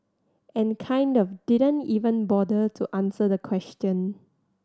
and kind of didn't even bother to answer the question